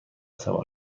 سوار